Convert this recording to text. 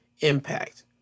impact